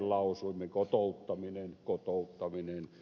kotouttaminen kotouttaminen